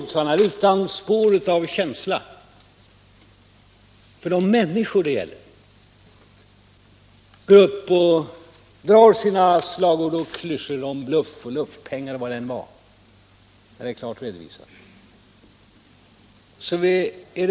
Fru Troedsson går, utan spår av känsla för de människor det gäller, upp och drar sina slagord och klyschor, om bluff, luftpengar och vad det nu var. Men vi har gjort en klar redovisning.